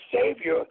savior